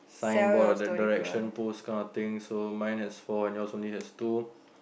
signboard that direction post card thing so mine has four yours only have two